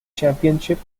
championships